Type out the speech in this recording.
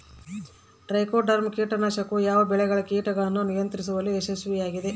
Trichoderma ಕೇಟನಾಶಕವು ಯಾವ ಬೆಳೆಗಳ ಕೇಟಗಳನ್ನು ನಿಯಂತ್ರಿಸುವಲ್ಲಿ ಯಶಸ್ವಿಯಾಗಿದೆ?